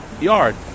yard